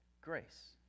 grace